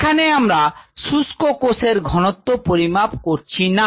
এখানে আমরা শুষ্ক কোষের ঘনত্ব পরিমাপ করছি না